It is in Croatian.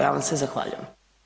Ja vam se zahvaljujem.